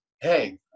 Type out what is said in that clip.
hey